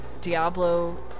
Diablo